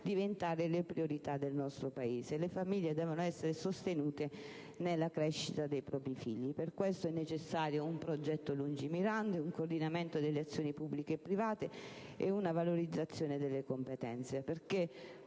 diventare le priorità del Paese; le famiglie devono essere sostenute nella crescita dei propri figli. Per questo sono necessari un progetto lungimirante, un coordinamento delle azioni pubbliche e private e una valorizzazione delle competenze, perché